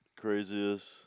craziest